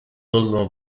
dolną